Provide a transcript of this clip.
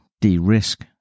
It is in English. de-risk